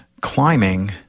climbing